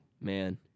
Man